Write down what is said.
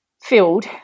filled